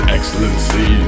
Excellency